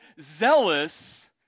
zealous